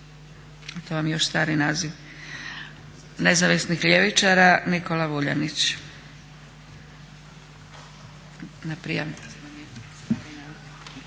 to vam je još stari naziv, Nezavisnih ljevičara Nikola Vuljanić. **Vuljanić,